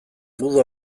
uda